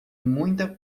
muita